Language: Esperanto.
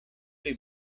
pli